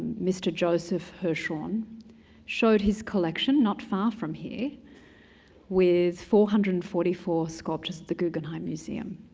mr. joseph hirshhorn showed his collection not far from here with four hundred and forty four sculptures at the guggenheim museum,